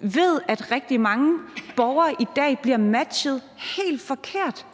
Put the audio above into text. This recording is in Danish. ved, at rigtig mange borgere i dag bliver matchet helt forkert.